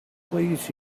please